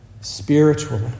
spiritually